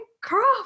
craft